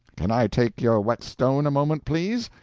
can i take your whetstone a moment, please?